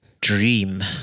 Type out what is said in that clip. Dream